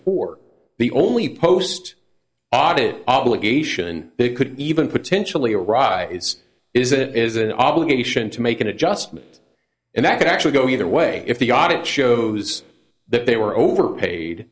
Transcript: four the only post audit obligation it could even potentially arise is that it is an obligation to make an adjustment and that could actually go either way if the audit shows that they were overpaid